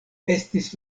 estis